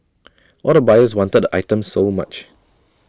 all the buyers wanted the items so much